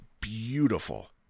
beautiful